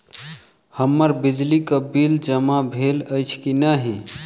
हम्मर बिजली कऽ बिल जमा भेल अछि की नहि?